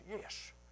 yes